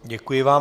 Děkuji vám.